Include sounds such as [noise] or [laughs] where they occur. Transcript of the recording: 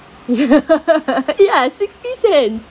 [laughs] ya sixty cent